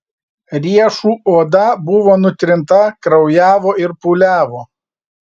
riešų oda buvo nutrinta kraujavo ir pūliavo